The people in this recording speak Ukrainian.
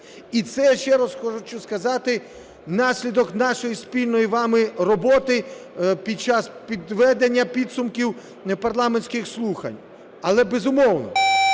І це, я ще раз хочу сказати, наслідок нашої спільної з вами роботи під час підведення підсумків парламентських слухань. Але, безумовно,